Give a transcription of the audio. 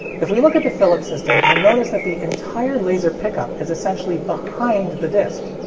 if we look at the philips system, you'll notice that the entire laser pickup is essentially behind the disc.